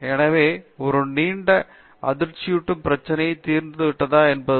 எனவே ஒரு நீண்ட அதிர்ச்சியூட்டும் பிரச்சனை தீர்ந்து விட்டதா என்பதுதான்